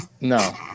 No